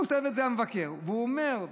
כותב את זה המבקר, והוא אומר: